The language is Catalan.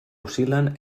oscil·len